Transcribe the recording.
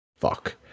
Fuck